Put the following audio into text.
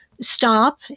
stop